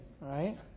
right